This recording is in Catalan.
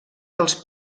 dels